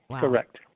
correct